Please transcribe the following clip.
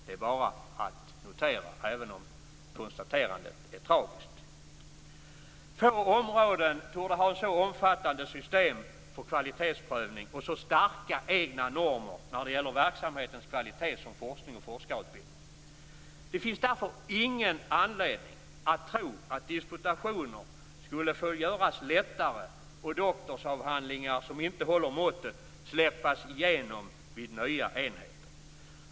Det är bara att notera detta, även om det är ett tragiskt konstaterande. Få områden torde ha så omfattande system för kvalitetsprövning och så starka egna normer när det gäller verksamhetens kvalitet som forskning och forskarutbildning. Det finns därför ingen anledning att tro att disputationer skulle göras lättare och att doktorsavhandlingar som inte håller måttet skulle släppas igenom vid nya enheter.